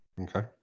okay